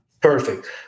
Perfect